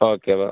okay വാ